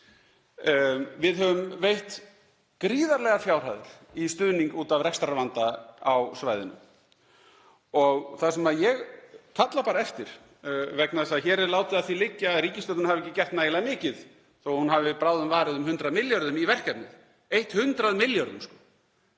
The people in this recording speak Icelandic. Við höfum veitt gríðarlegar fjárhæðir í stuðning út af rekstrarvanda á svæðinu. Það sem ég kalla bara eftir, vegna þess að hér er látið að því liggja að ríkisstjórnin hafi ekki gert nægilega mikið þótt hún hafi bráðum varið um 100 milljörðum í verkefnið, 100 milljörðum,